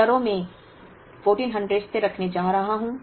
स्तरों मैं 1400 स्थिर रखने जा रहा हूँ